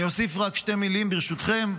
אני אוסיף רק שתי מילים, ברשותכם.